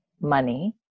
money